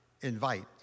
invite